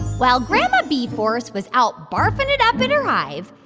while grandma bee-force was out barfing it up in her hive,